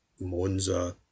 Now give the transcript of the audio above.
Monza